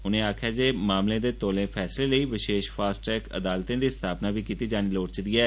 उन्ने आक्खेया जे मामले दे तौलें फैसले लेई वशेश फास्ट ट्रैक अदालतें दी स्था ना बी कीती जानी चाहिदी ऐ